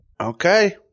Okay